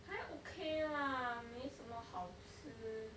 还 okay lah 没什么好吃